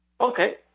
Okay